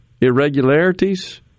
irregularities